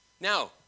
Now